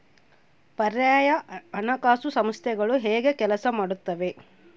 ಪರ್ಯಾಯ ಹಣಕಾಸು ಸಂಸ್ಥೆಗಳು ಹೇಗೆ ಕೆಲಸ ಮಾಡುತ್ತವೆ?